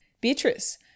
Beatrice